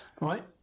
right